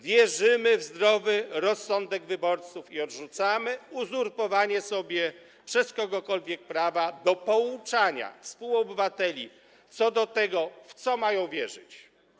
Wierzymy w zdrowy rozsądek wyborców i odrzucamy uzurpowanie sobie przez kogokolwiek prawa do pouczania współobywateli, w co mają wierzyć.